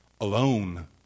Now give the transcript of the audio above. alone